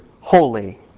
holy